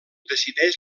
decideix